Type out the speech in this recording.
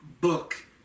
book